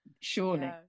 surely